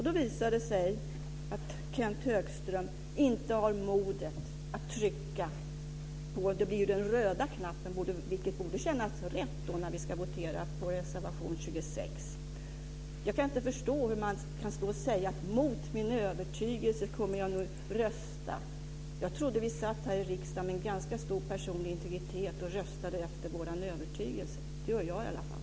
Då visar det sig att Kenth Högström inte har modet att trycka på den röda knappen, vilket borde kännas rätt, när vi ska votera om reservation 26. Jag kan inte förstå hur man kan stå och säga: Mot min övertygelse kommer jag att rösta. Jag trodde att vi satt här i riskdagen med en ganska stor personlig integritet och röstade efter vår övertygelse. Det gör jag i alla fall.